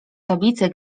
tablice